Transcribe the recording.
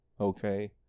Okay